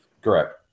Correct